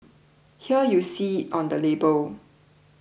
here you see on the label